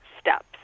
steps